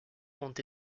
ont